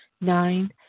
Nine